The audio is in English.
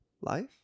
life